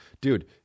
Dude